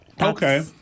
Okay